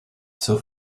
zur